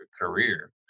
career